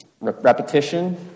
repetition